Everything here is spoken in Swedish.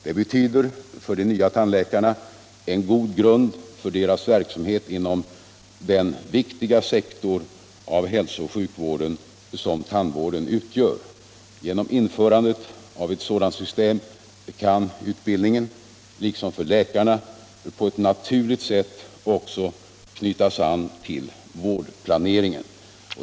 Det betyder för de nya tandläkarna en god grund för deras verksamhet inom den viktiga sektor av hälsooch sjukvården som tandvården utgör. Genom införandet av ett sådant system kan utbildningen — liksom för läkarna — på ett naturligt sätt också knytas an till vårdplaneringen.